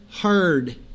heard